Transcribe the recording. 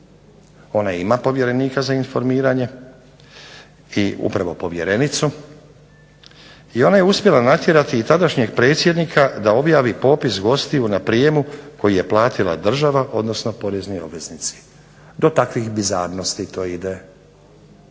ona ima povjerenika za informiranje i upravo povjerenicu i ona je uspjela natjerati i tadašnjeg predsjednika da objavi popis gostiju na prijemu koji je platila država odnosno porezni obveznici, do takvih bizarnosti to ide,